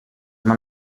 man